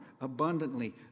abundantly